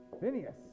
Phineas